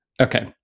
Okay